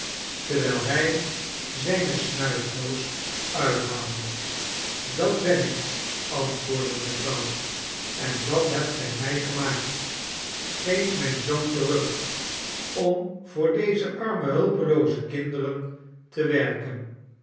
terwijl hij zijne snuifdoos uithaalde dat ben ik antwoordde de vrouw en dat hebt gij mij gemaakt geef mijn zoon terug om voor deze arme hulpelooze kinderen te werken